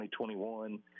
2021